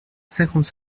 cinquante